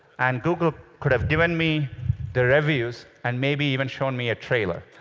and google could have given me the reviews and maybe even shown me a trailer.